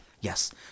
Yes